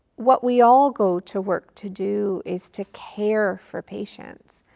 what we all go to work to do is to care for patients.